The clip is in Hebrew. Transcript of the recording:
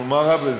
נו, מה רע בזה?